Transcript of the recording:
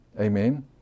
Amen